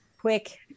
quick